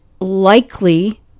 likely